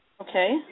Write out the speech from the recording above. Okay